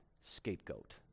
scapegoat